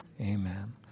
Amen